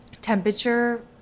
temperature